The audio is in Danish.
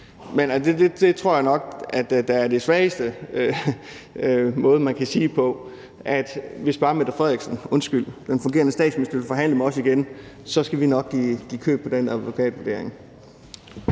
Men det tror jeg nok er den svageste måde, man kan sige det på, altså at hvis bare den fungerende statsminister vil forhandle med os igen, så skal vi nok give køb på den advokatvurdering.